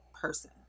person